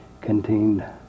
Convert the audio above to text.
contained